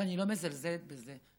ואני לא מזלזלת בזה,